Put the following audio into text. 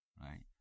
right